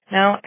Now